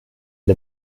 der